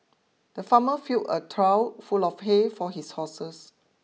the farmer filled a trough full of hay for his horses